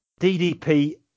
DDP